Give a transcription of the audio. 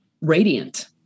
radiant